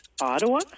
Ottawa